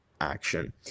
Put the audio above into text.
action